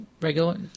regular